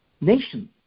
nation